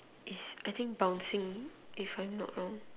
it's I think bouncing if I'm not wrong